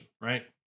right